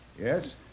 Yes